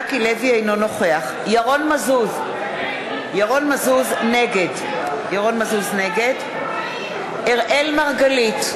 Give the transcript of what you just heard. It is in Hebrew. אינו נוכח ירון מזוז, נגד אראל מרגלית,